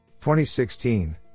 2016